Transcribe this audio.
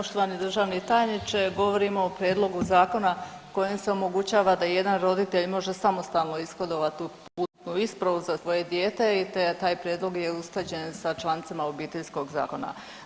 Poštovani državni tajniče, govorimo o prijedlogu zakona kojim se omogućava da jedan roditelj može samostalno ishodovati tu putnu ispravu za svoje dijete i taj prijedlog je usklađen sa člancima Obiteljskog zakona.